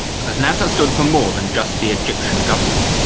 because nasser stood for more than just the egyptian government,